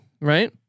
right